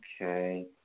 Okay